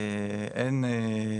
אין,